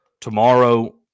tomorrow